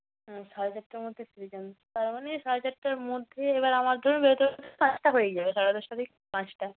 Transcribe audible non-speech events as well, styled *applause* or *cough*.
ও সাড়ে চারটের মধ্যে ফিরে যান তার মানে সাড়ে চারটের মধ্যে এবার আমার ধরুন বেরোতে *unintelligible* পাঁচটা হয়েই যাবে সাড়ে দশটা *unintelligible* পাঁচটা